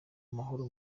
amahoro